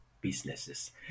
businesses